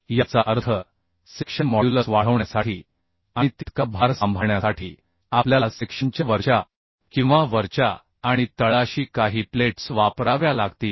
याचा अर्थ section modulus वाढवण्यासाठी आणि तितका भार सांभाळण्यासाठी आपल्याला सेक्शनच्या वरच्या किंवा वरच्या आणि तळाशी काही प्लेट्स वापराव्या लागतील